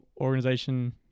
organization